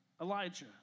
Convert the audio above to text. Elijah